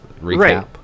recap